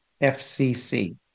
FCC